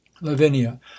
Lavinia